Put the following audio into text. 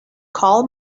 call